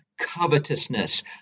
covetousness